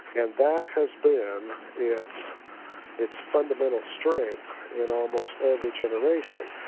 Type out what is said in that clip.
and that has been its its fundamental strength in almost every generation,